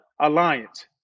Alliance